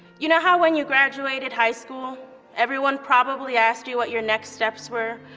you know how when you graduated high school everyone probably asked you what your next steps were,